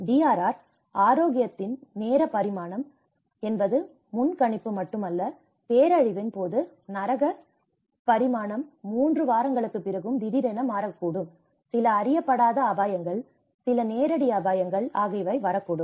DRRல் ஆரோக்கியத்தின் நேர பரிமாணம் என்பது முன்கணிப்பு மட்டுமல்ல பேரழிவின் போது நரக பரிமாணம் 3 வாரங்களுக்குப் பிறகும் திடீரென மாறக்கூடும் சில அறியப்படாத அபாயங்கள் சில நேரடி அபாயங்கள் ஆகியவை வரக்கூடும்